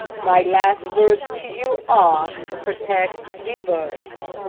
my last words to you are, protect the birds